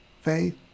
faith